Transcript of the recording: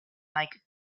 mike